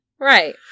Right